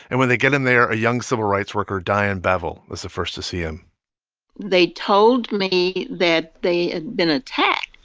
and when they get him there, a young civil rights worker, diane bevel, was the first to see him they told me that they had been attacked